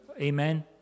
Amen